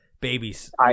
babies